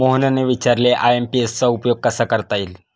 मोहनने विचारले आय.एम.पी.एस चा उपयोग कसा करता येईल?